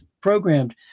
programmed